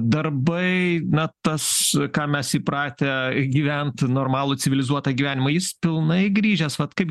darbai na tas ką mes įpratę gyvent normalų civilizuotą gyvenimą jis pilnai grįžęs vat kaip